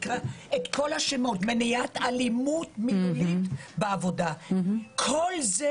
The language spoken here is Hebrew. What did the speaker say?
מניעת אלימות מילולית בעבודה כל זה